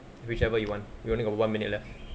whichever you want we only got one minute left